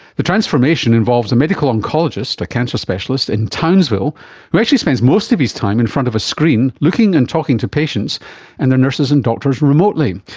the transformation involves a medical oncologist, a cancer specialist in townsville who actually spends most of his time in front of a screen looking and talking to patients and their nurses and doctors remotely.